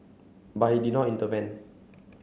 but he did not intervene